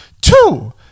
two